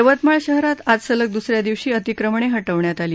यवतमाळ शहरात आज सलगद्स या दिवशी अतिक्रमणे हटवण्यात आली